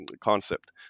concept